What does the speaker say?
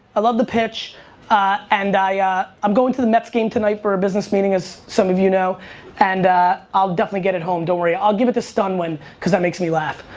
love the pitch and yeah ah i'm going to the mets game tonight for a business meeting as some of you know and i'll definitely get it home, don't worry. i'll give it to stunwin cause that makes me laugh.